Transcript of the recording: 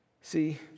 See